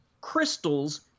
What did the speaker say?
crystals